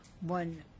one